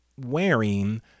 wearing